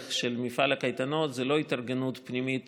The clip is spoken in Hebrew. של מפעל הקייטנות זה לא התארגנות פנימית